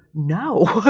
no,